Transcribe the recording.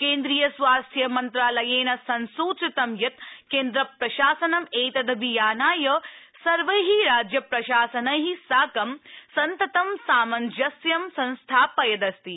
केन्द्रीय स्वास्थ्यमन्त्रालयेन संसूचितं यत् केन्द्रप्रशासनं एतदभियानाय सर्वै राज्यप्रशासनै साकं सन्ततं सामञ्जस्य संस्थापयदस्ति